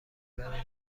برای